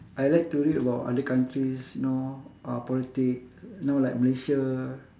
I like to read about other countries you know uh politics you know like malaysia